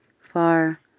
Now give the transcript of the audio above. far